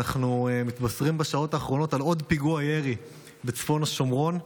אנחנו מתבשרים בשעות האחרונות על עוד פיגוע ירי בצפון השומרון.